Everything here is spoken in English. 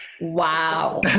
wow